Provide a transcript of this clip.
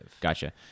Gotcha